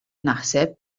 naħseb